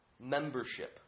membership